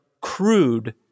crude